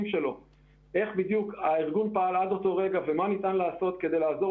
שלו איך הארגון פעל עד אותו רגע ומה ניתן לעשות כדי לעזור,